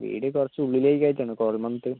വീട് കുറച്ച് ഉള്ളിലോട്ടായിട്ടാണ് കോതമംഗലത്ത്